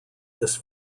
this